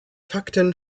fakten